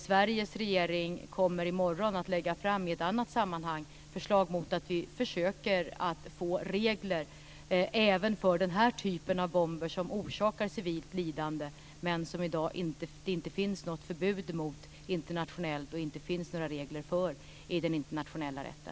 Sveriges regering kommer i morgon, i ett annat sammanhang, att lägga fram förslag om att försöka få regler även för den här typen av bomber, som orsakar civilt lidande men som det i dag inte finns något förbud emot eller några regler för i den internationella rätten.